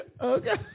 okay